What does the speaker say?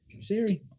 Siri